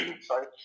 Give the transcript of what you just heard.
sorry